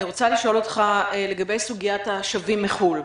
אני רוצה לשאול אותך לגבי סוגיית השבים מחו"ל.